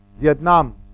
Vietnam